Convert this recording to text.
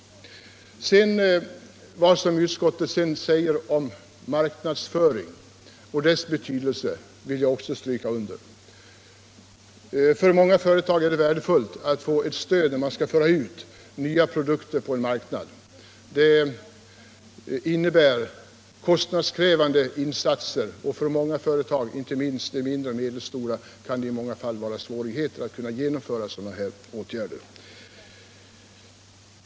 Vidare vill jag betona vad utskottet skriver om marknadsföringens betydelse. För många företag är det värdefullt att få ett stöd när det blir fråga om att föra ut nya produkter på marknaden. Det kräver nämligen stora ekonomiska insatser, och för många företag — inte minst för mindre och medelstora — är det svårt att genomföra sådana åtgärder.